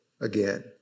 again